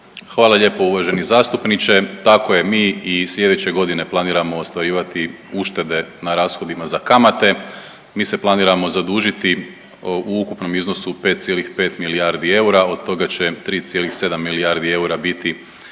Hvala lijepo uvaženi zastupniče. Tako je, mi i sljedeće godine planiramo ostvarivati uštede na rashodima za kamate. Mi se planiramo zadužiti u ukupnom iznosu 5,5 milijardi eura. Od toga će 3,7 milijardi eura biti